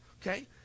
Okay